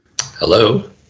Hello